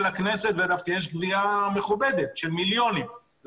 הכנסת ויש גבייה מכובדת של מיליונים.